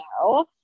No